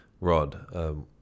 Rod